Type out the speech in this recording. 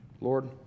Lord